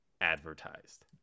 advertised